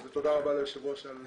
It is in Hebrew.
ותודה רבה ליושב ראש על התהליך הזה.